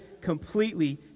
completely